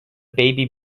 baby